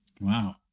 Wow